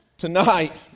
Tonight